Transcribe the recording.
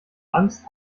angst